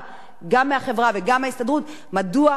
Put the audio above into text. מדוע אותם עובדים מסכנים לא יכולים להתאגד.